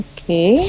Okay